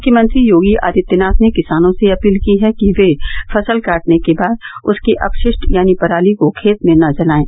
मुख्यमंत्री योगी आदित्यनाथ ने किसानों से अपील की है कि वे फसल काटने के बाद उसके अपशि ट यानी पराली को खेत में न जलायें